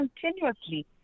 continuously